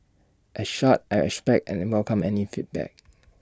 as such I respect and welcome any feedback